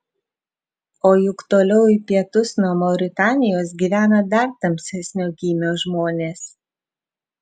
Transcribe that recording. o juk toliau į pietus nuo mauritanijos gyvena dar tamsesnio gymio žmonės